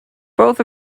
both